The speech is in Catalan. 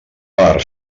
per